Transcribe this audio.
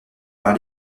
par